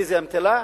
באיזו אמתלה?